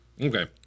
okay